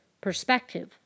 perspective